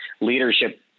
leadership